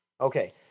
Okay